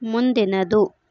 ಮುಂದಿನದು